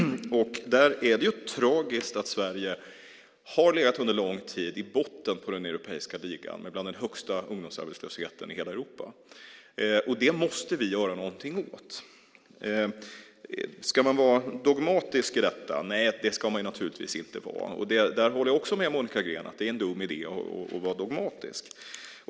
Det är tragiskt att Sverige under lång tid har legat i botten på den europeiska ligan med en ungdomsarbetslöshet bland de högsta i hela Europa. Det måste vi göra någonting åt. Ska man vara dogmatisk i detta? Nej, det ska man naturligtvis inte vara. Där håller jag också med Monica Green. Det är en dum idé att vara dogmatisk.